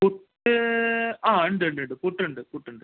പുട്ട് ആ ഉണ്ട് ഉണ്ട് ഉണ്ട് പുട്ടുണ്ട് പുട്ടുണ്ട്